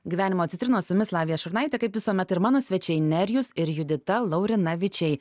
gyvenimo citrinos su jumis lavija šurnaitė kaip visuomet ir mano svečiai nerijus ir judita laurinavičiai